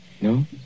No